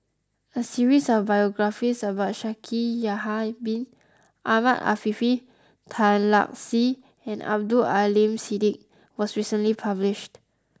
a series of biographies about Shaikh Yahya bin Ahmed Afifi Tan Lark Sye and Abdul Aleem Siddique was recently published